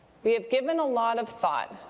we have given a lot of thought